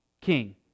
king